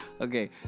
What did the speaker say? Okay